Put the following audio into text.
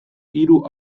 hiru